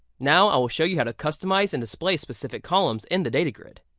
now i will show you how to customize and display specific columns in the data grid.